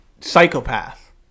psychopath